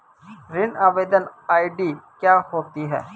ऋण आवेदन आई.डी क्या होती है?